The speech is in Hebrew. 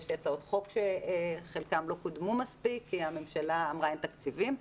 ויש לי הצעות חוק שחלקן לא קודמו מספיק כי הממשלה אמרה שאין תקציבים,